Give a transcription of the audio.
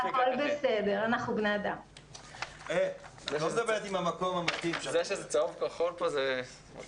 את לא מדברת עם המקום המתאים --- מה שהייתי שמח